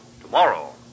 tomorrow